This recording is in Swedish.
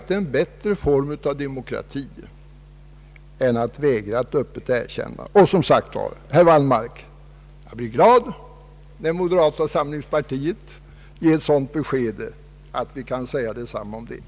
Det är en bättre form av demokrati än att vägra att ge ett öppet erkännande. Och, herr Wallmark, jag kommer att bli glad när moderata samlingspartiet ger ett sådant besked att vi kan säga detsamma om er!